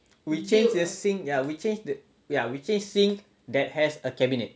ya we change the sink we change a sink that has a cabinet